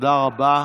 תודה רבה.